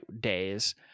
days